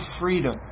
freedom